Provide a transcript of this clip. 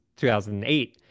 2008